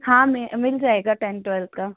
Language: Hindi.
हाँ मैं मिल जाएगा टेंथ ट्वेल्थ का